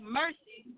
mercy